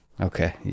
Okay